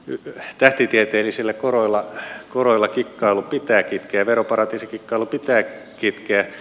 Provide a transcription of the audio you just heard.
että tähtitieteellisillä koroilla kikkailu ja veroparatiisikikkailu pitää kitkeä